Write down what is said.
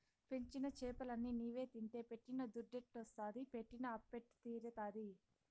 పెంచిన చేపలన్ని నీవే తింటే పెట్టిన దుద్దెట్టొస్తాది పెట్టిన అప్పెట్ట తీరతాది